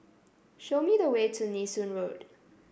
show me the way to Nee Soon Road